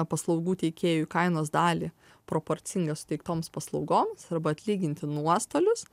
paslaugų teikėjui kainos dalį proporcingą suteiktoms paslaugoms arba atlyginti nuostolius